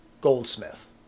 Goldsmith